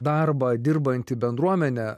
darbą dirbanti bendruomenė